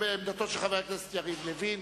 חבר הכנסת יריב לוין.